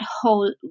whole